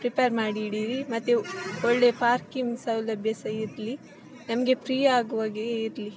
prepare ಮಾಡಿಡಿರಿ ಮತ್ತೆ ಒಳ್ಳೆ ಪಾರ್ಕಿಂಗ್ ಸೌಲಭ್ಯ ಸಹಾ ಇರಲಿ ನಮಗೆ ಫ್ರೀಯಾಗುವಾಗೆಯೇ ಇರಲಿ